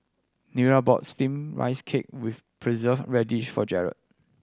Nira bought Steamed Rice Cake with Preserved Radish for Jarrad